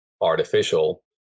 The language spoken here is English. artificial